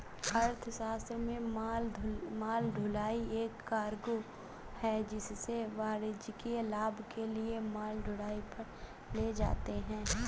अर्थशास्त्र में माल ढुलाई एक कार्गो है जिसे वाणिज्यिक लाभ के लिए माल ढुलाई पर ले जाते है